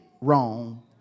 wrong